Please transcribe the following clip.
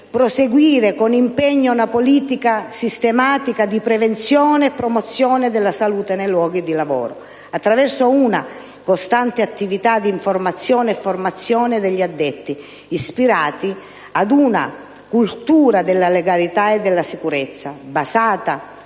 proseguire con fermezza la politica sistematica di prevenzione e promozione della salute nei luoghi di lavoro, attraverso una costante attività di informazione e formazione degli addetti ispirata ad una cultura della legalità e della sicurezza basata